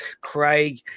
Craig